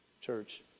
church